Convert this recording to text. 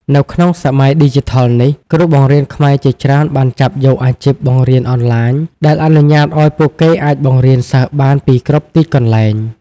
នៅក្នុងសម័យឌីជីថលនេះ គ្រូបង្រៀនខ្មែរជាច្រើនបានចាប់យកអាជីពបង្រៀនអនឡាញ ដែលអនុញ្ញាតឱ្យពួកគេអាចបង្រៀនសិស្សបានពីគ្រប់ទីកន្លែង។